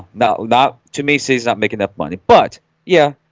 no, not to me. see he's not making that money but yeah,